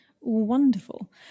Wonderful